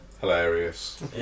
Hilarious